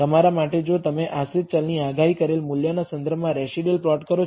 તમારા માટે જો તમે આશ્રિત ચલની આગાહી કરેલ મૂલ્યના સંદર્ભમાં રેસિડયુઅલ પ્લોટ કરો છો